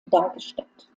dargestellt